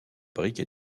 brique